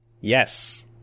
yes